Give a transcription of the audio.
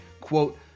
quote